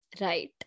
Right